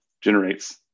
generates